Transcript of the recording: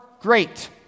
great